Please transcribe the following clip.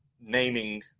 naming